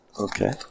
Okay